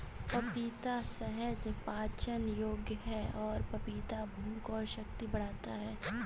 पपीता सहज पाचन योग्य है और पपीता भूख और शक्ति बढ़ाता है